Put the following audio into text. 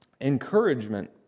encouragement